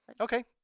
Okay